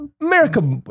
America